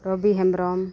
Robi Hembrom